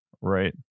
Right